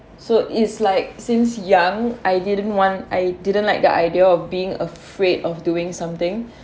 so is like since young I didn't want I didn't like the idea of being afraid of doing something